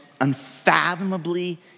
unfathomably